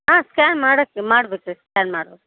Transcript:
ಹಾಂ ಸ್ಕ್ಯಾನ್ ಮಾಡೋಕ್ಕೆ ಮಾಡಬೇಕ್ರಿ ಸ್ಕ್ಯಾನ್ ಮಾಡ್ಬೇಕು